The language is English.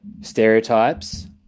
stereotypes